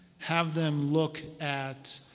have them look at